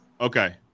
Okay